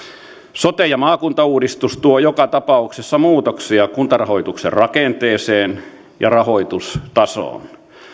sote ja maakuntauudistus tuo joka tapauksessa muutoksia kuntarahoituksen rakenteeseen ja rahoitustasoon